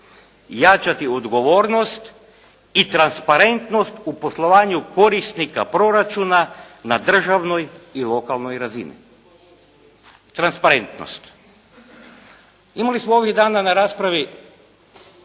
«Jačati odgovornost i transparentnost u poslovanju korisnika proračuna na državnoj i lokalnoj razini». Transparentnost. Imali smo ovih dana na raspravi